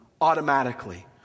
automatically